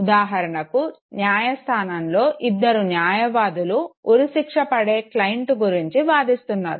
ఉధాహరణకు న్యాయస్థానంలో ఇద్దరు న్యాయవాదులు ఉరిశిక్ష పడే క్లయింట్ గురించి వాదిస్తున్నారు